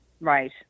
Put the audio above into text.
Right